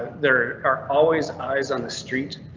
there are always eyes on the street.